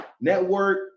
network